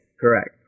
Correct